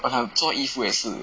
我想做衣服也是